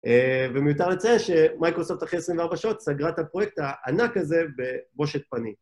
א.. ומיותר לציין שמייקרוסופט אחרי 24 שעות סגרה את הפרויקט הענק הזה בבושת פנים.